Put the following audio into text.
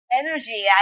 energy